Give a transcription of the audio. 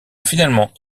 finalement